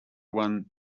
won